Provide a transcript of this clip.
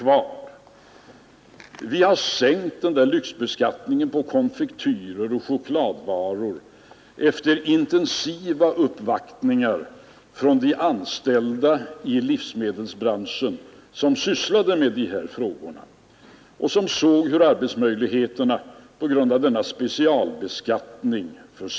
Vi har sänkt lyxbeskattningen på konfektyrer och chokladvaror efter intensiva uppvaktningar från de anställda inom livsmedelsbranschen, vilka sysslade med dessa frågor och såg hur arbetsmöjligheterna försvann på grund av denna specialbeskattning.